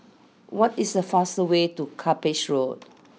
what is the fast way to Cuppage Road